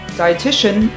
dietitian